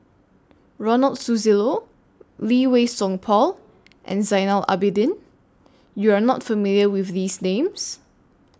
Ronald Susilo Lee Wei Song Paul and Zainal Abidin YOU Are not familiar with These Names